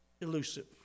elusive